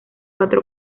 cuatro